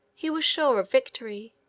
he was sure of victory.